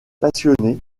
passionné